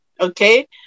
Okay